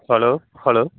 hello hello